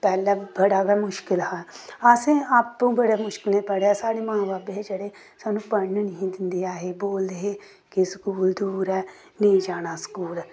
पैह्लें बड़ा गै मुश्कल हा असें आपूं बड़े मुश्कलें पढ़ेआ साढ़े माऊ बब्ब हे जेह्ड़े सानूं पढ़न निं ही दिंदे ऐ हे बोलदे हे कि स्कूल दूर ऐ नेईं जाना स्कूल